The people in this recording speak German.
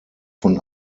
von